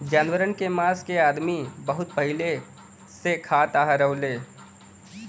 जानवरन के मांस के अदमी बहुत पहिले से खात आ रहल हउवे